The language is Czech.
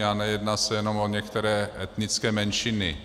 A nejedná se jenom o některé etnické menšiny.